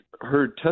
heard